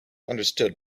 understood